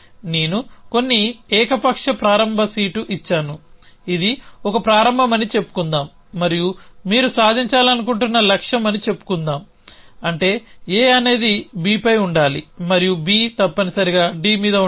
నేను కొన్ని ఏకపక్ష ప్రారంభ సీటు ఇచ్చాను ఇది ఒక ప్రారంభం అని చెప్పుకుందాం మరియు మీరు సాధించాలనుకుంటున్న లక్ష్యం అని చెప్పుకుందాం అంటే A అనేది Bపై ఉండాలి మరియు B తప్పనిసరిగా D మీద ఉండాలి